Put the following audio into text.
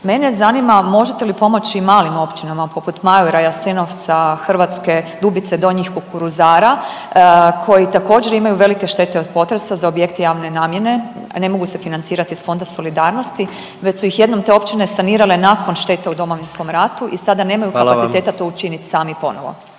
Mene zanima, možete li pomoći malim općinama poput Majura, Jasenovca, Hrvatske Dubice, Donjih Kukuruzara koji također imaju velike štete od potresa za objekte javne namjene, a ne mogu se financirati iz Fonda solidarnosti? Već su ih jednom te općine sanirale nakon štete u Domovinskom ratu i sada nemaju…/Upadica predsjednik: